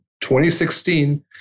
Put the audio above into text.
2016